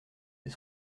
des